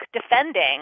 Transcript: defending